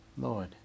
Lord